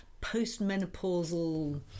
post-menopausal